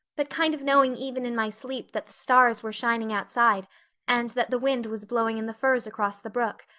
but kind of knowing even in my sleep that the stars were shining outside and that the wind was blowing in the firs across the brook.